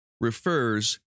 refers